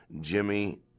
Jimmy